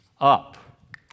up